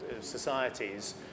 societies